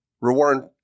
reward